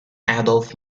adolph